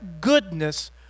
goodness